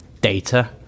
data